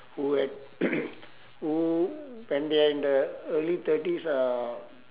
who had who when they are in the early thirties or